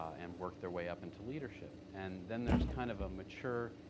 and work their way up into leadership. and then there's kind of a mature,